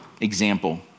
example